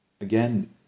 again